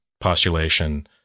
postulation